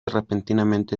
repentinamente